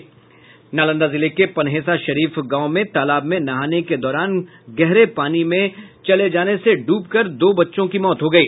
नालंदा जिले के पनहेसा शरीफ गांव में तालाब में नहाने के दौरान गहरे पानी में जाने से डूबकर दो बच्चों की मौत हो गयी